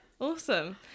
Awesome